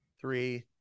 three